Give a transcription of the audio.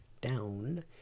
down